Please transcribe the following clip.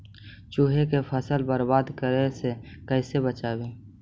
चुहा के फसल बर्बाद करे से कैसे बचाबी?